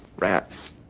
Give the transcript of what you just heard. rats.